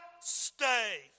stay